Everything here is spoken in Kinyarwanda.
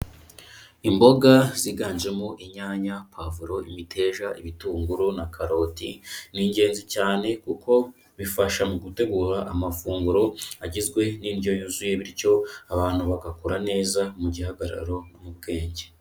Imboga ziganjemo inyanya, pavuro, imiteja, ibitunguru na karoti ni ingenzi cyane kuko bifasha mu gutegura amafunguro agizwe n'indyo yuzuye bityo abantu bagakura neza mu gihagararo no mu bwenge.